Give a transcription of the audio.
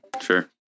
Sure